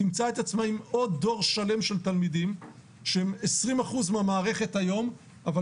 תמצא את עצמה עם דור שלם של תלמידים שהם 20% המערכת היום אבל